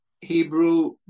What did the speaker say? Hebrew